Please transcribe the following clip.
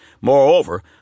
Moreover